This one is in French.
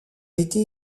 été